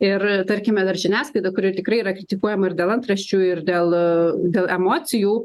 ir tarkime dar žiniasklaida kuri tikrai yra kritikuojama ir dėl antraščių ir dėl dėl emocijų